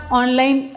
online